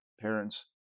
parents